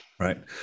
right